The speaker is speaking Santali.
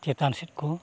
ᱪᱮᱛᱟᱱ ᱥᱮᱫ ᱠᱚ